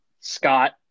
scott